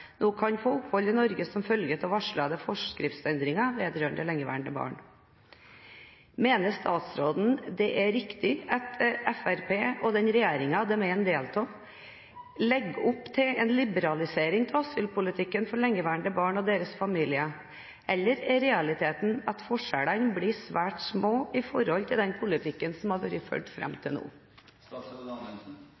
nå kan få opphold i Norge som følge av de varslede forskriftsendringer vedrørende lengeværende barn. Mener statsråden det er riktig at Fremskrittspartiet og den regjeringen de er en del av, legger opp til en liberalisering av asylpolitikken for lengeværende barn og deres familier, eller er realiteten at forskjellene blir svært små i forhold til den politikken som har vært ført